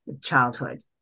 Childhood